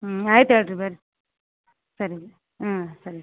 ಹ್ಞೂ ಆಯ್ತು ಹೇಳ್ರೀ ಬರ್ರೀ ಸರಿ ಹ್ಞೂ ಸರಿ